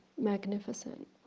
magnificent